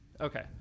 Okay